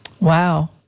Wow